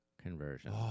conversion